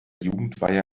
jugendweihe